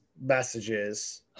messages